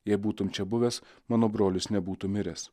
jei būtum čia buvęs mano brolis nebūtų miręs